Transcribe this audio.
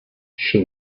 she